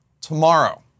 tomorrow